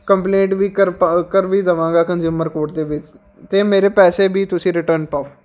complaint ਵੀ ਕਰ ਪਾ ਕਰ ਵੀ ਦੇਵਾਂਗਾ ਕੰਜ਼ੂਅਮਰ ਕੋਟ ਦੇ ਵਿੱਚ ਅਤੇ ਮੇਰੇ ਪੈਸੇ ਵੀ ਤੁਸੀਂ ਰਿਟਰਨ ਪਾਓ